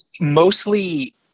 mostly